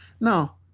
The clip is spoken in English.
Now